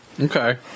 Okay